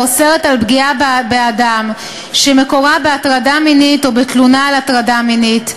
האוסרת פגיעה באדם שמקורה בהטרדה מינית או בתלונה על הטרדה מינית,